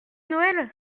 noël